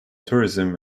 tourism